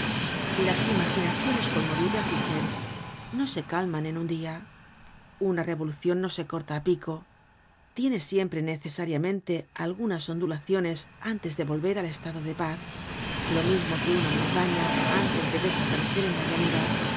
las imaginaciones conmovidas dicen no se calman en un dia una revolucion no se corta á pico tiene siempre necesariamente algunas ondulaciones antes de volver al estado de paz lo mismo que una montaña antes de desaparecer en la llanura